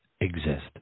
exist